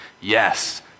yes